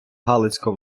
галицько